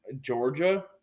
Georgia